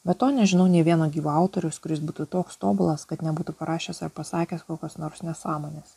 be to nežinau nė vieno gyvo autoriaus kuris būtų toks tobulas kad nebūtų parašęs ar pasakęs kokios nors nesąmonės